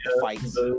fights